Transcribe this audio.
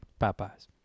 Popeyes